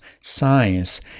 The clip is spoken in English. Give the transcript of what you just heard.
science